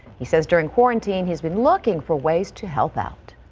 he says during quarantine has been looking for ways to help out.